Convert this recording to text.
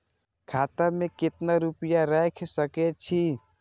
खाता में केतना रूपया रैख सके छी?